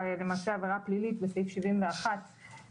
למעשה עבירה פלילית בסעיף 71 לפקודה,